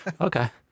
okay